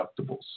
deductibles